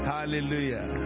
Hallelujah